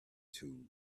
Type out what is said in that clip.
tube